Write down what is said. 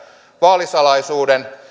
vaalisalaisuuden